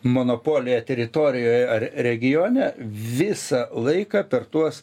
monopolija teritorijoj ar regione visą laiką per tuos